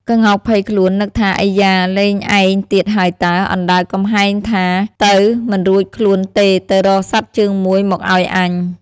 ក្ងោកភ័យខ្លួន នឹកថា "អៃយ៉ា! លេងឯងទៀតហើយតើ"។ អណ្ដើកកំហែងថា៖ "ទៅ! មិនរួចខ្លួនទេ ទៅរកសត្វជើងមួយមកឲ្យអញ"។